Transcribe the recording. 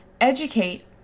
educate